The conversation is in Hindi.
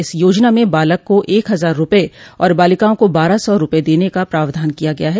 इस योजना में बालक को एक हजार रूपये और बालिकाओं को बारह सौ रूपये देने का प्रावधान किया गया है